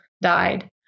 died